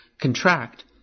contract